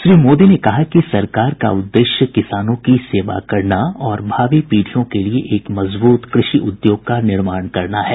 श्री मोदी ने कहा कि सरकार का उद्देश्य किसानों की सेवा करना और भावी पीढ़ियों के लिए एक मजबूत कृषि उद्योग का निर्माण करना है